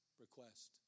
request